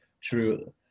True